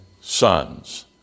sons